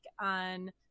on